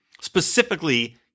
specifically